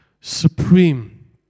supreme